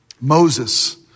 Moses